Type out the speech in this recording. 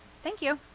thank you.